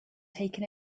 taken